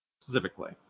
specifically